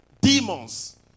demons